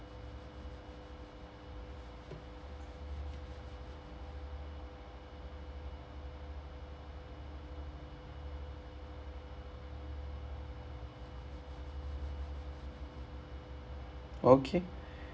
okay